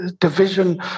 division